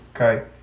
Okay